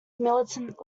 militant